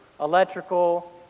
electrical